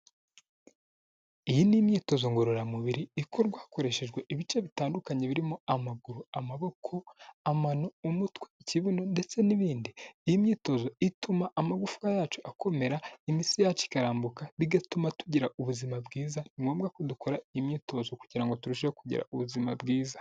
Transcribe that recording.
Iyi ni imyitozo ngororamubiri ikorwa hakoreshejwe ibice bitandukanye birimo amaguru, amaboko, amano, umutwe, ikibuno ndetse n'ibindi. Iyi myitozo ituma amagufwa yacu akomera, imitsi yacu ikarambuka bigatuma tugira ubuzima bwiza; ni ngombwa ko dukora iyi imyitozo kugira ngo turusheho kugira ubuzima bwiza.